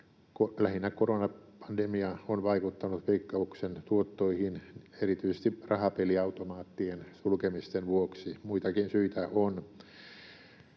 Lähinnä koronapandemia on vaikuttanut Veikkauksen tuottoihin, erityisesti rahapeliautomaattien sulkemisten vuoksi. Muitakin syitä on.